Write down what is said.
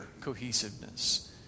cohesiveness